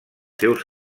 seus